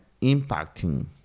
impacting